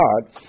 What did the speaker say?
God